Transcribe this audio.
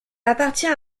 appartient